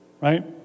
right